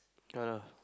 yeah lah